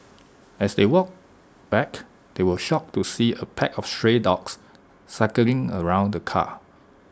as they walked back they were shocked to see A pack of stray dogs circling around the car